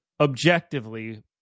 objectively